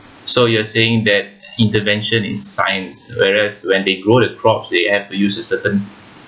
so you are saying that intervention is science whereas when they grow the crops they have to use a certain